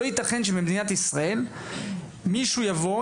לא ייתכן שבמדינת ישראל מישהו יבוא,